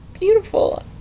beautiful